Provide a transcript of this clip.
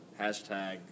hashtag